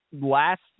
last